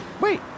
Wait